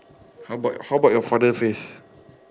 how about how about your father face